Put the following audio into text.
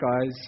guys